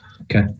Okay